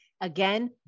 Again